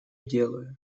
делаю